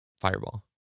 Fireball